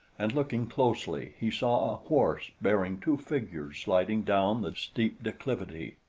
and looking closely he saw a horse bearing two figures sliding down the steep declivity.